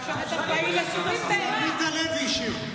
זה עמית הלוי השאיר.